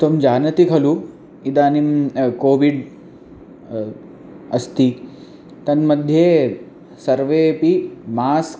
त्वं जानाति खलु इदानीं कोविड् अस्ति तन्मध्ये सर्वेपि मास्क्